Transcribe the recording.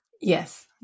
Yes